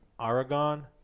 Aragon